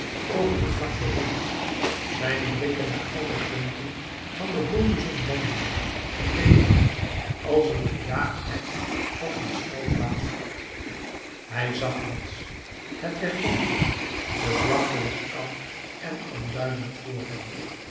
over de vlakte rond zijn blikken naar al de punten van den horizon wendende en bevende als een gejaagd hert dat een schuilplaats zoekt hij zag niets het werd donker de vlakte lag koud en onduidelijk voor hem